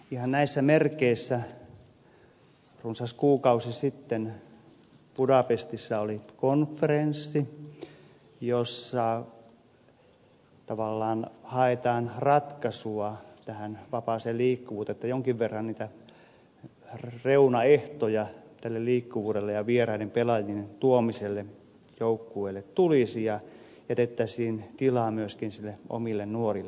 ihan näissä merkeissä runsas kuukausi sitten budapestissa oli konferenssi jossa tavallaan haettiin ratkaisua tähän vapaaseen liikkuvuuteen että jonkin verran niitä reunaehtoja tälle liikkuvuudelle ja vieraiden pelaajien tuomiselle joukkueille tulisi ja jätettäisiin tilaa myöskin omille nuorille